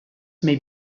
may